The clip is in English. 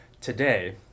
today